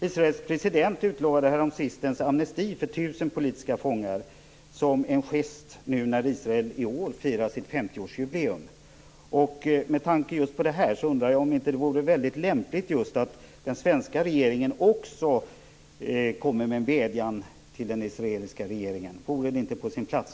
Israels president utlovade häromsistens amnesti för 1 000 politiska fångar som en gest när Israel i år firar sitt Med tanke på detta undrar jag om det inte vore lämpligt att den svenska regeringen också kommer med en vädjan till den israeliska regeringen. Vore det inte på sin plats?